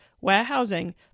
warehousing